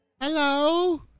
Hello